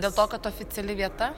dėl to kad oficiali vieta